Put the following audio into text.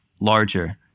larger